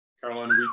carolina